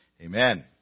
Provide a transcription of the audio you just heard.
Amen